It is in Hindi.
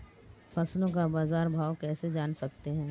फसलों का बाज़ार भाव कैसे जान सकते हैं?